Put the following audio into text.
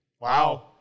Wow